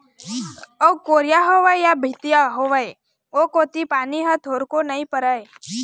अउ कुरिया होवय या भीतिया होवय ओ कोती पानी ह थोरको नइ परय